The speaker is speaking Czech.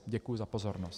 Děkuji za pozornost.